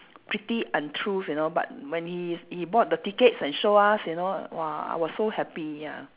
pretty untruth you know but when he he bought the tickets and show us you know !wah! I was so happy ya